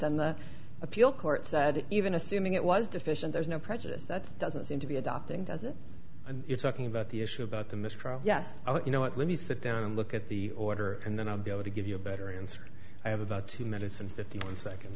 on the appeal court said even assuming it was deficient there's no prejudice that doesn't seem to be adopting does it and talking about the issue about the mistrial yes you know what let me sit down and look at the order and then i'll be able to give you a better answer i have about two minutes and fifty one second